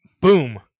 Boom